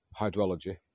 hydrology